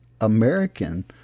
American